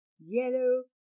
yellow